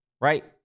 Right